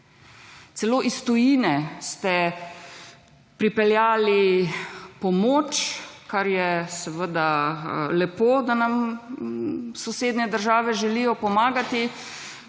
Celo iz tujine ste pripeljali pomoč, kar je seveda lepo, da nam sosednje države želijo pomagati,